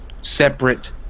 separate